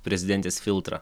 prezidentės filtrą